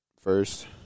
first